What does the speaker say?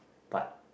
but